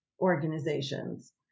organizations